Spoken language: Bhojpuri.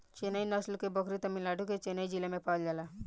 चेन्नई नस्ल के बकरी तमिलनाडु के चेन्नई जिला में पावल जाला